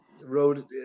wrote